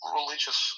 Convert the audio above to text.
religious